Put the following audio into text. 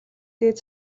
дээд